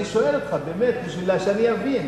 אני שואל אותך באמת בשביל שאני אבין.